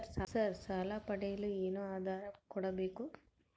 Sir ಸಾಲ ಪಡೆಯಲು ಏನು ಆಧಾರ ಕೋಡಬೇಕು?